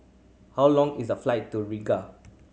how long is the flight to Riga